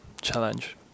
challenge